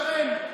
שרן,